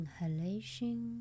inhalation